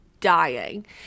dying